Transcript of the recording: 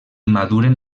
maduren